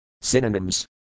Synonyms